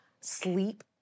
sleep